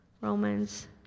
Romans